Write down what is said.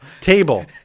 table